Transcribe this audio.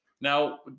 Now